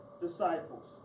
disciples